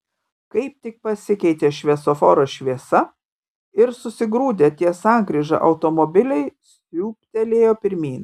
kaip tik pasikeitė šviesoforo šviesa ir susigrūdę ties sankryža automobiliai siūbtelėjo pirmyn